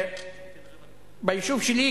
ביישוב שלי,